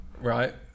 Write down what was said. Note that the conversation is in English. right